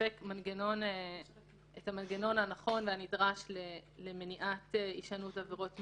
מספק את המנגנון הנכון והנדרש למניעת הישנות עבירות מין,